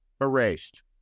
erased